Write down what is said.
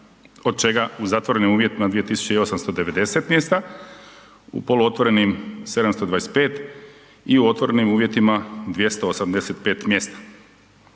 od čega u zatvorenim uvjetima 2890 mjesta u poluotvorenim 725 i u otvorenim uvjetima 285 mjesta.